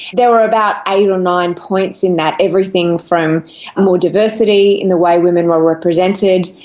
there were about eight or nine points in that, everything from more diversity in the way women were represented,